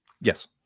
Yes